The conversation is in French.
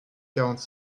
quarante